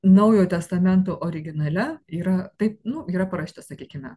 naujo testamento originale yra taip nu yra parašyta sakykime